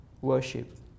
worship